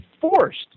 forced